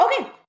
Okay